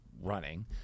running